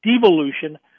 devolution